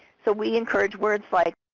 so, we encourage words like